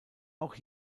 auch